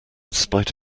spite